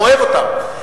אוהב אותם,